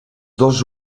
dos